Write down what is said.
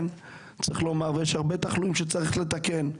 כן, צריך לומר שיש הרבה תחלואים שצריך לתקן.